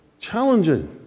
challenging